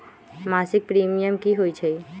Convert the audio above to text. मासिक प्रीमियम की होई छई?